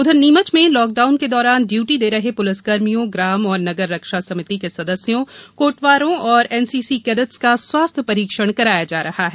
उधर नीमच में लॉकडाउन के दौरान ड्यूटी दे रहे पुलिसकर्मियों ग्राम और नगर रक्षा समिति के सदस्यों कोटवारों एवं एनसीसी कैडेटों का स्वास्थ्य परीक्षण कराया जा रहा है